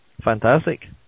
fantastic